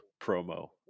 promo